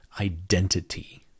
identity